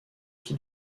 qui